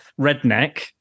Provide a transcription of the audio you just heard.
redneck